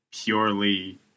purely